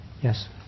yes